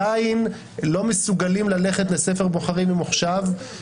אנחנו נחיל את זה על מישהו שנסע לאילת ומבקש את זה.